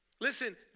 Listen